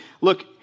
look